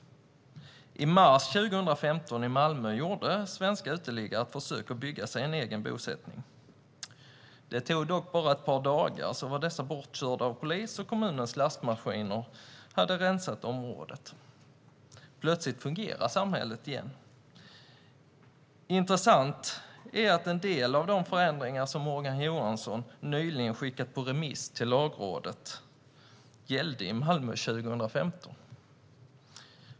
I mars 2015 gjorde svenska uteliggare i Malmö ett försök att bygga en egen bosättning. Det tog dock bara ett par dagar innan de var bortkörda av polis och kommunens lastmaskiner hade rensat området. Plötsligt fungerade samhället igen. Det är intressant att en del av de förändringar som Morgan Johansson nyligen har skickat på remiss till Lagrådet gällde i Malmö 2015.